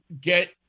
get